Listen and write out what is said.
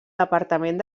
departament